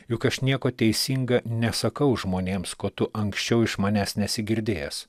juk aš nieko teisinga nesakau žmonėms ko tu anksčiau iš manęs nesi girdėjęs